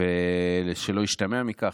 ושלא ישתמע מכך,